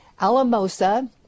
Alamosa